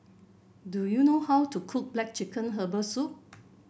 do you know how to cook black chicken Herbal Soup